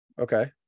okay